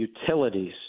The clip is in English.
utilities